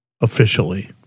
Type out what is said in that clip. officially